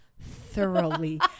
thoroughly